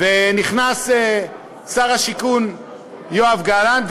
נכנס שר הבינוי והשיכון יואב גלנט,